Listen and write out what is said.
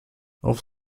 auf